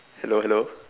hello hello